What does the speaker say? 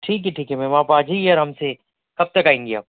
ٹھیک ہے ٹھیک ہے میم آپ آ جائیے آرام سے کب تک آئیں گی آپ